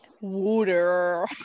Water